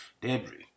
debris